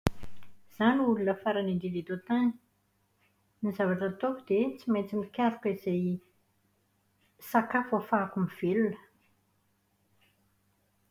Izaho no olona farany indrindra eto an-tany. Ny zavatra ataoko dia tsy maintsy mikaroka izay sakafo ahafahako mivelona.